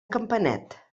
campanet